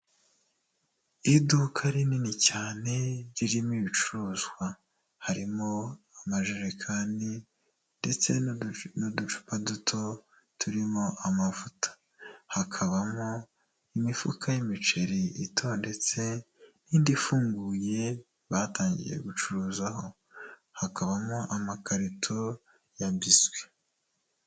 Iduka rinini cyane ririmo ibicuruzwa harimo amajerekani, ndetse n'uducupa duto turimo amavuta hakabamo imifuka y'imiceri itondetse n'indi ifunguye batangiye gucuruzaho ,hakabamo amakarito ya biswi.